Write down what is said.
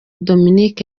dominic